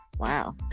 Wow